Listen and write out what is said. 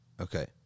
Okay